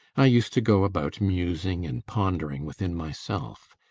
i used to go about musing and pondering within myself.